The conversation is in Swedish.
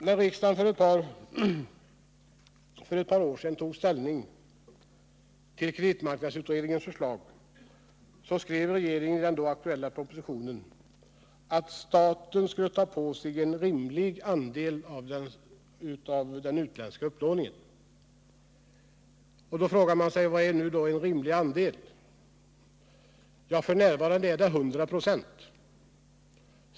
När riksdagen för ett par år sedan tog ställning till kreditmarknadsutredningens förslag skrev regeringen i den då aktuella propositionen att staten skulle ta på sig en ”rimlig del” av den utländska upplåningen. Då frågar man sig vad en rimlig del är. F.n. är det 100 26.